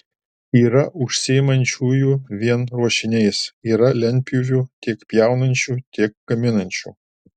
yra užsiimančiųjų vien ruošiniais yra lentpjūvių tiek pjaunančių tiek gaminančių